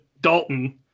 Dalton